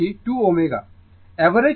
এটি 2 ω